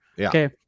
Okay